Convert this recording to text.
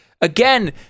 again